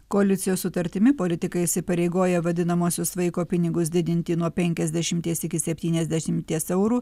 koalicijos sutartimi politikai įsipareigoja vadinamuosius vaiko pinigus didinti nuo penkiasdešimies iki septyniasdešimies eurų